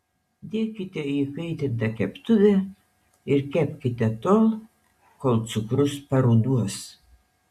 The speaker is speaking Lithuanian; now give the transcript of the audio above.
dėkite į įkaitintą keptuvę ir kepkite tol kol cukrus paruduos